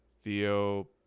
Theo